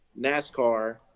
nascar